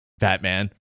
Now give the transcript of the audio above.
Batman